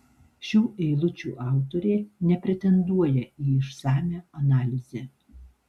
šių eilučių autorė nepretenduoja į išsamią analizę